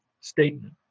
statement